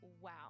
wow